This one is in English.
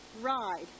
ride